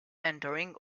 entering